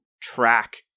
track